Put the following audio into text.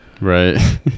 right